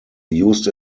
used